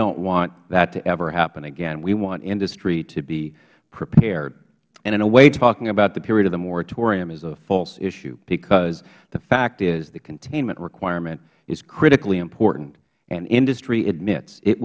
don't want that to ever happen again we want industry to be prepared and in a way talking about the period of the moratorium is a false issue because the fact is the containment requirement is critically important and industry admits it